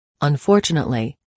Unfortunately